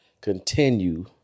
continue